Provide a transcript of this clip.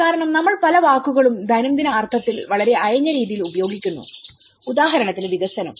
കാരണം നമ്മൾ പല വാക്കുകളും ദൈനംദിന അർത്ഥത്തിൽ വളരെ അയഞ്ഞ രീതിയിൽ ഉപയോഗിക്കുന്നു ഉദാഹരണത്തിന് വികസനം